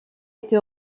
été